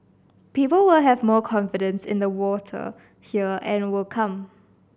people will have more confidence in the water here and will come